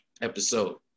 episode